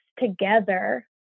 together